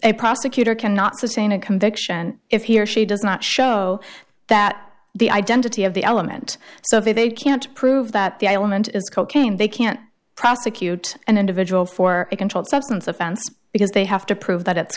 a prosecutor cannot sustain a conviction if he or she does not show that the identity of the element so if they can't prove that the element is cocaine they can't prosecute an individual for a controlled substance offense because they have to prove that it's